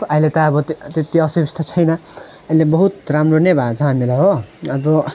अहिले त अब त्यस्तो असुबिस्ता त छैन अहिले बहुत राम्रो नै भएको छ हामीलाई हो अन्त